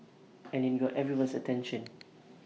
and IT got everyone's attention